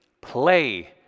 play